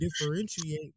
differentiate